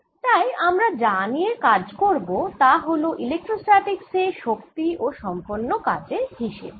তাই আমরা যা নিয়ে কাজ করব তা হল ইলেক্ট্রোস্ট্যাটিক্স এ শক্তি ও সম্পন্ন কাজ এর হিসেব